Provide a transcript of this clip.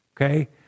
okay